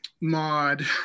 mod